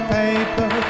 paper